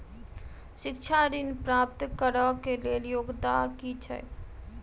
शिक्षा ऋण प्राप्त करऽ कऽ लेल योग्यता की छई?